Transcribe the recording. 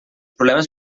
problemes